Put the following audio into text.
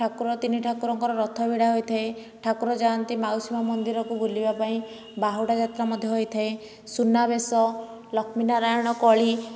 ଠାକୁର ତିନି ଠାକୁରଙ୍କର ରଥ ଭିଡ଼ା ହୋଇଥାଏ ଠାକୁର ଯାଆନ୍ତି ମାଉସୀ ମା' ମନ୍ଦିରକୁ ବୁଲିବା ପାଇଁ ବାହୁଡ଼ା ଯାତ୍ରା ମଧ୍ୟ ହୋଇଥାଏ ସୁନା ବେଶ ଲକ୍ଷ୍ମୀ ନାରାୟଣ କଳି